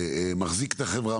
שמחזיק את החברה,